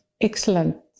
excellent